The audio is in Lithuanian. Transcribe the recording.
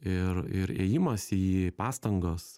ir ir ėjimas į pastangos